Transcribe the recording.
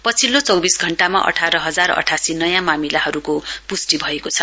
पछिल्लो चौविस घण्टामा अठार हजार अठासी नयाँ मामिलाहरूको पुष्टि भएको छ